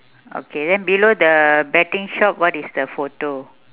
okay then below the betting shop what is the photo